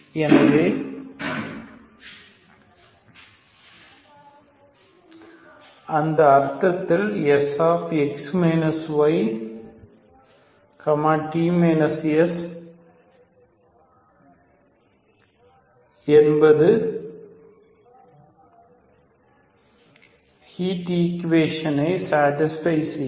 எனவே அந்த அர்த்தத்தில் Sx y t s என்பதும் ஹீட் ஈகுவேஷனை சேடிஸ்பை செய்யும்